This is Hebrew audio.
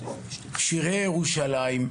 שירת שירי ירושלים,